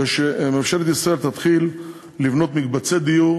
שממשלת ישראל תתחיל לבנות מקבצי דיור